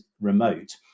remote